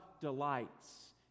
delights